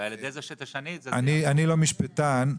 אני לא משפטן,